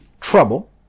trouble